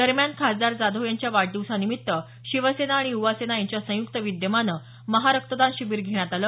दरम्यान खासदार जाधव यांच्या वाढदिवसानिमित्त शिवसेना आणि युवा सेना यांच्या संयुक्त विद्यमानं महारक्तदान शिबीर घेण्यात आलं